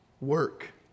Work